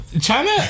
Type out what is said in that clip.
China